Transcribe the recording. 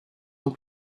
ans